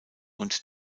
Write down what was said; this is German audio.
und